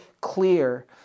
clear